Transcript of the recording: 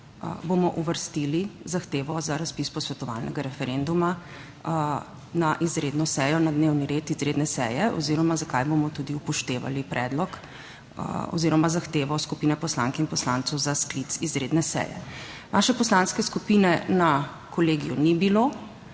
bomo uvrstili zahtevo za razpis posvetovalnega referenduma na izredno sejo, na dnevni red izredne seje oziroma zakaj bomo tudi upoštevali predlog oziroma zahtevo skupine poslank in poslancev za sklic izredne seje. Vaše poslanske skupine na Kolegiju ni bilo,